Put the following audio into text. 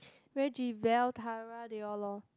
Reggivell Tara they all lor